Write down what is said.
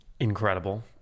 incredible